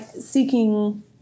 seeking